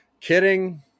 kidding